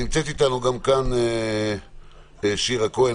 נמצאת איתנו כאן שירה כהן,